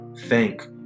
thank